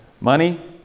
Money